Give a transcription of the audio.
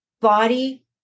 body